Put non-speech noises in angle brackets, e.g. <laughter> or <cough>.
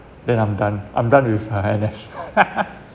then I'm done I'm done with uh N_S <laughs>